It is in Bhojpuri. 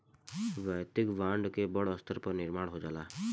वैयक्तिक ब्रांड के बड़ स्तर पर निर्माण हो जाला